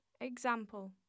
Example